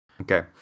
Okay